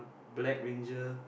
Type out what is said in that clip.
black ranger